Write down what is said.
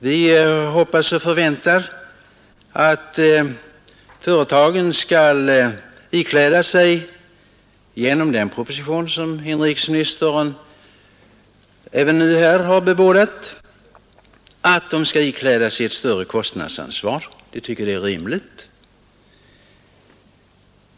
Vi hoppas och förväntar efter den proposition som inrikesministern nu har bebådat att företagen skall ikläda sig ett större kostnadsansvar; vi tycker det är rimligt.